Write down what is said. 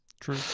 True